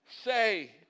Say